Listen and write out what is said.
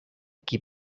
chi